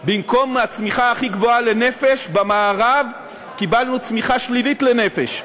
במקום הצמיחה הכי גבוהה לנפש במערב קיבלנו צמיחה שלילית לנפש,